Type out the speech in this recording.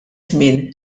żmien